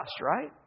right